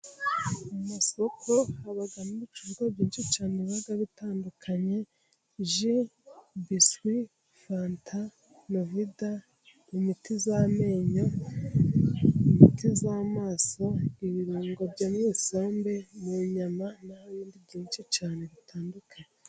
Mu masoko habamo ibicuruzwa byinshi cyane biba bitandukanye, ji, biswi, fanta, novida, imiti y'amenyo, imiti y'amaso, ibirungo byo mu isombe, mu nyama, n'ibindi byinshi cyane bitandukanye.